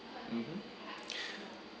mmhmm